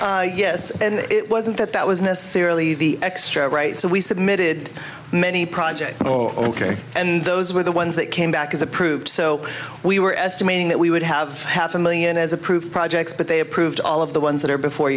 resiliency yes and it wasn't that that was necessarily the extra right so we submitted many projects oh ok and those were the ones that came back as approved so we were estimating that we would have half a million as approved projects but they approved all of the ones that are before